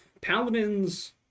Paladins